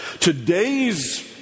today's